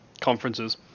conferences